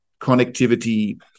connectivity